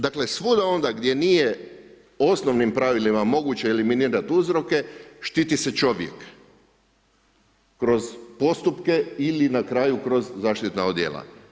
Dakle, svuda onda gdje nije osnovnim pravilima moguće eliminirati uzroke štiti se čovjek kroz postupke ili na kraju kroz zaštitna odijela.